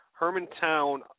Hermantown